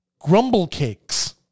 Grumblecakes